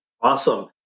Awesome